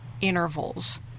intervals